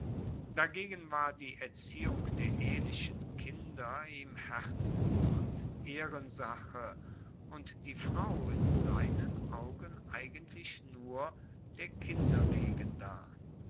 dagegen war die erziehung der ehelichen kinder ihm herzens und ehrensache und die frau in seinen augen eigentlich nur der kinder wegen da